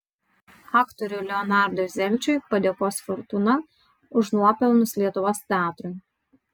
aktoriui leonardui zelčiui padėkos fortūna už nuopelnus lietuvos teatrui